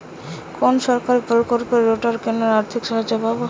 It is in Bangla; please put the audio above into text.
কোন সরকারী প্রকল্পে রোটার কেনার আর্থিক সাহায্য পাব?